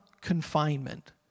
confinement